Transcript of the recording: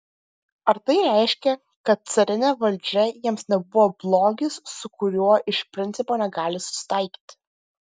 ar tai reiškia kad carinė valdžia jiems nebuvo blogis su kuriuo iš principo negali susitaikyti